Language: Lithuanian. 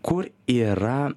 kur yra